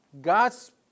God's